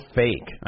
fake